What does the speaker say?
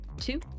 two